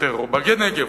או בנגב,